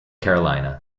carolina